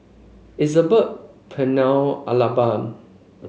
Isabel Pernell Alabama